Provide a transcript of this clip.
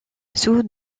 sous